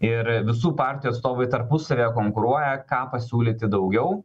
ir visų partijų atstovai tarpusavyje konkuruoja ką pasiūlyti daugiau